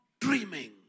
dreaming